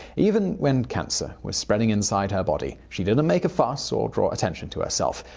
even when cancer was spreading inside her body, she didn't make a fuss or draw attention to herself.